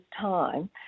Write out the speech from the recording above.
time